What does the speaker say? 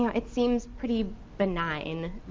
yeah it seems pretty benign,